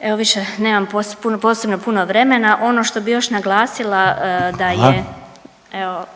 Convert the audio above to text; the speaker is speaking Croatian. Evo više nemam puno, posebno puno vremena. Ono što bi još naglasila da je…/Upadica: Hvala/…evo,